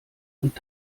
und